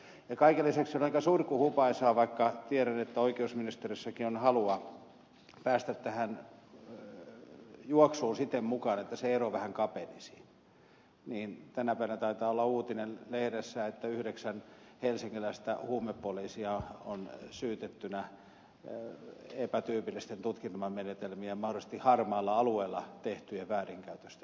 ja kaiken lisäksi on aika surkuhupaisaa vaikka tiedän että oikeusministeriössäkin on halua päästä tähän juoksuun siten mukaan että se ero vähän kapenisi kun tänä päivänä taitaa olla uutinen lehdessä että yhdeksän helsinkiläistä huumepoliisia on syytettynä epätyypillisten tutkintamenetelmien ja mahdollisesti harmaalla alueella tehtyjen väärinkäytösten osalta